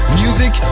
music